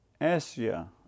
Asia